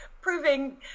proving